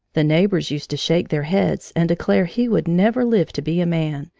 the neighbors used to shake their heads and declare he would never live to be a man,